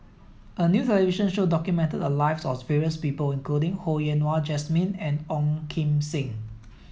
a new television show documented the lives of various people including Ho Yen Wah Jesmine and Ong Kim Seng